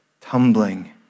tumbling